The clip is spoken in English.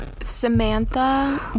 Samantha